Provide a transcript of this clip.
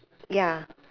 ya